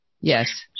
Yes